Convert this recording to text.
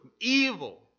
evil